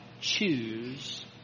choose